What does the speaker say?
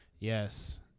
Yes